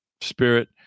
spirit